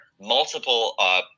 multiple